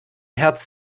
herz